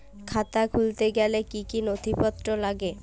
খাতা খুলতে গেলে কি কি নথিপত্র লাগে?